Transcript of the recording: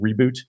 Reboot